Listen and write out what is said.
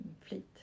Fleet